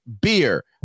beer